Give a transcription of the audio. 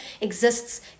exists